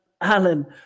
Alan